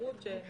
שאם